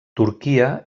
turquia